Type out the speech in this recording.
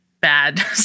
bad